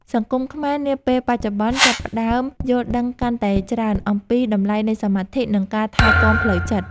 សង្គមខ្មែរនាពេលបច្ចុប្បន្នចាប់ផ្តើមយល់ដឹងកាន់តែច្រើនអំពីតម្លៃនៃសមាធិ និង ការថែទាំផ្លូវចិត្ត។